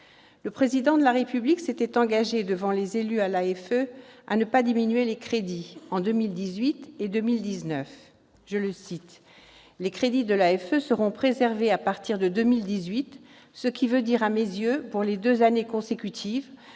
Le Président de la République s'était engagé devant les élus de l'AFE à ne pas diminuer les crédits en 2018 et en 2019 :« Les crédits de l'AEFE seront préservés à partir de 2018, ce qui veut dire, à mes yeux, pour les deux années consécutives,